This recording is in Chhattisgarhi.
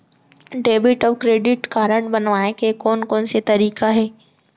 डेबिट अऊ क्रेडिट कारड बनवाए के कोन कोन से तरीका हे?